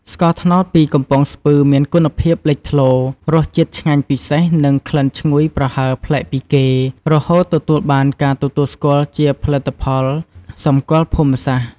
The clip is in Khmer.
ស្ករត្នោតពីកំពង់ស្ពឺមានគុណភាពលេចធ្លោ រសជាតិឆ្ងាញ់ពិសេស និងក្លិនឈ្ងុយប្រហើរប្លែកពីគេ រហូតទទួលបានការទទួលស្គាល់ជាផលិតផលសម្គាល់ភូមិសាស្ត្រ។